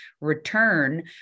return